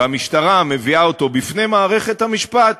והמשטרה מביאה אותו בפני מערכת המשפט,